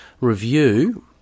review